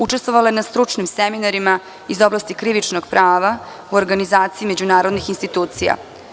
Učestvovala je na stručnim seminarima iz oblasti krivičnog prava, u organizaciji međunarodnih institucija.